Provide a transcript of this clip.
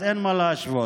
אז אין מה להשוות.